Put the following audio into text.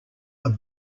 are